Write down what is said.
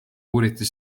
uuriti